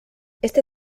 este